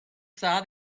saw